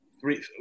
three